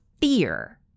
fear